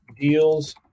deals